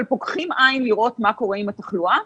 אבל פוקחים עין לראות מה קורה עם התחלואה.